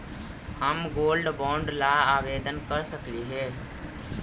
हम gold bond ला आवेदन कर सकली हे?